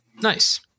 Nice